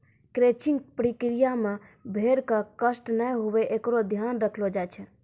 crutching प्रक्रिया मे भेड़ क कष्ट नै हुये एकरो ध्यान रखलो जाय छै